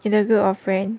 in a group of friends